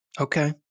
Okay